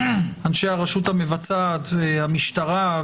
אנשי הרשות המבצעת והמשטרה,